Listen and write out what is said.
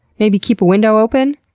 maybe keep a window open.